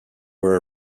were